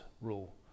rule